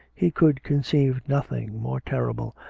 he could conceive nothing more terrible,